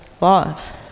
lives